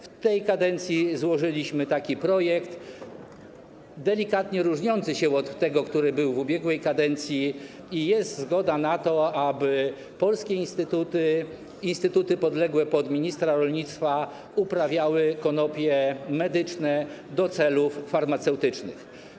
W tej kadencji złożyliśmy projekt delikatnie różniący się od tego, który był w ubiegłej kadencji, i jest zgoda na to, aby polskie instytuty, instytuty podległe ministrowi rolnictwa uprawiały konopie medyczne do celów farmaceutycznych.